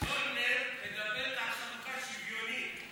דורנר מדברת על חלוקה שוויונית,